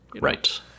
Right